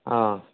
હા